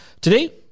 Today